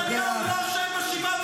נתניהו לא אשם ב-7 באוקטובר?